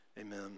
Amen